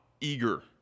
eager